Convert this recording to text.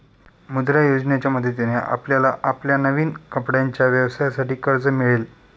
मुद्रा योजनेच्या मदतीने आपल्याला आपल्या नवीन कपड्यांच्या व्यवसायासाठी कर्ज मिळेल